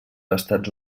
estats